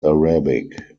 arabic